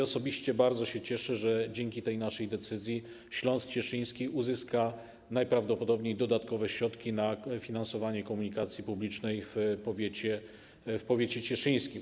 Osobiście bardzo się cieszę, że dzięki naszej decyzji Śląsk Cieszyński uzyska najprawdopodobniej dodatkowe środki na finansowanie komunikacji publicznej w powiecie cieszyńskim.